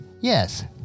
yes